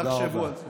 תודה רבה.